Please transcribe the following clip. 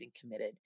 committed